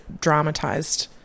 dramatized